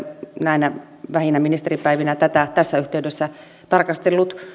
näinä vähinä ministeripäivinä tätä tässä yhteydessä tarkastellut